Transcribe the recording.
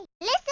listen